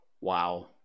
wow